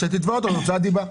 אז תתבע אותה על הוצאת דיבה.